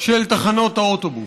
של תחנות האוטובוס.